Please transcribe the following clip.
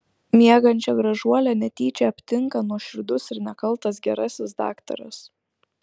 miegančią gražuolę netyčia aptinka nuoširdus ir nekaltas gerasis daktaras